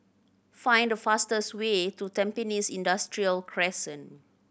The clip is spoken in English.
find the fastest way to Tampines Industrial Crescent